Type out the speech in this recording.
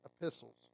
epistles